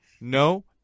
no